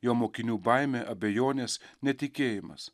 jo mokinių baimė abejonės netikėjimas